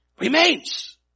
remains